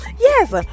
Yes